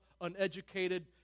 uneducated